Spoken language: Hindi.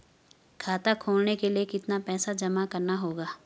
खाता खोलने के लिये कितना पैसा जमा करना होगा?